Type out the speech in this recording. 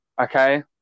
okay